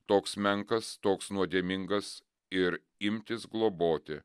toks menkas toks nuodėmingas ir imtis globoti